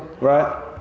Right